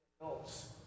Adults